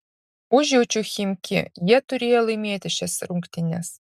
užjaučiu chimki jie turėjo laimėti šias rungtynes